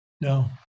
no